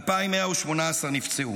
2,118 נפצעו.